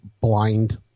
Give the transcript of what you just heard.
blind